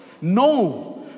No